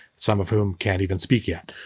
some of whom can't even speak yet.